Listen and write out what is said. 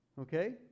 Okay